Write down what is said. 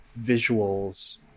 visuals